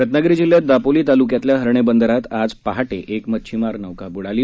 रत्नागिरी जिल्ह्यात दापोली तालुक्यातल्या हर्णे बंदरात आज पहाटे एक मच्छीमारी नौका बुडाली